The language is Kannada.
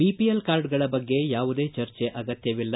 ಬಿಪಿಎಲ್ ಕಾರ್ಡ್ಗಳ ಬಗ್ಗೆ ಯಾವುದೇ ಚರ್ಚೆ ಅಗತ್ಯವಿಲ್ಲ